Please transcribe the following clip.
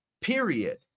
Period